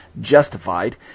justified